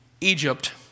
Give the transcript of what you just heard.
Egypt